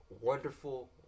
Wonderful